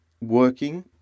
working